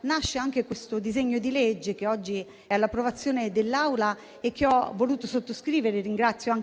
è nato il disegno di legge che oggi è all'esame dell'Assemblea e che ho voluto sottoscrivere. Ringrazio